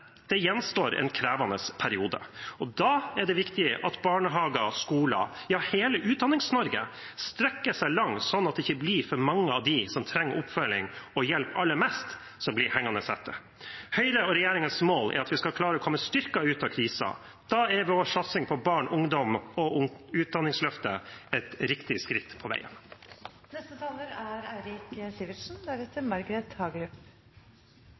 det gjenstår en krevende periode. Da er det viktig at barnehager, skoler, ja, hele Utdannings-Norge strekker seg langt, sånn at det ikke blir for mange av dem som trenger oppfølging og hjelp aller mest, som blir hengende etter. Høyre og regjeringens mål er at vi skal klare å komme styrket ut av krisen. Da er vår satsing på barn, ungdom og utdanningsløftet et riktig skritt på veien. Det er